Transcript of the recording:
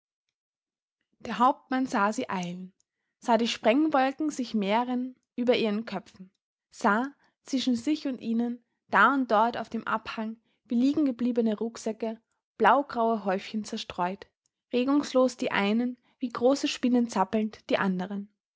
der hauptmann sah sie eilen sah die sprengwolken sich mehren über ihren köpfen sah zwischen sich und ihnen da und dort auf dem abhang wie liegengebliebene rucksäcke blau graue häufchen zerstreut regungslos die einen wie große spinnen zappelnd die anderen